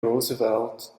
roosevelt